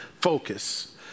focus